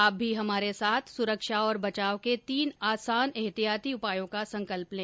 आप भी हमारे साथ सुरक्षा और बचाव के तीन आसान एहतियाती उपायों का संकल्प लें